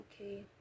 okay